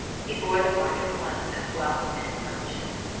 he bore the mark at once of wealth and snobbishness.